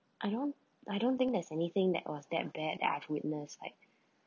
I don't I don't think there is anything that was damn bad that I witnessed like